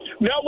No